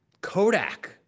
Kodak